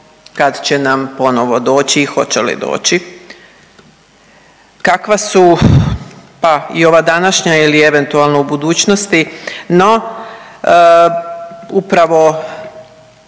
kad će nam ponovo doći i hoće li doći kakva su pa i ova današnja ili eventualno u budućnosti. No, upravo